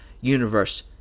universe